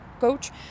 coach